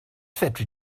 fedri